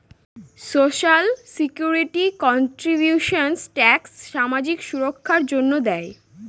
social security contributions tax সামাজিক সুররক্ষার জন্য দেয়